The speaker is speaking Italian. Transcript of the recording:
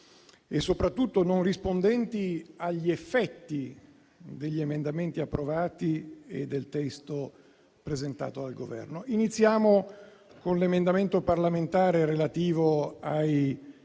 E, soprattutto, non sono rispondenti agli effetti degli emendamenti approvati e del testo presentato dal Governo. Iniziamo con l'emendamento parlamentare relativo ai